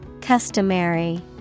Customary